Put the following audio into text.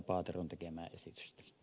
paateron tekemää esitystä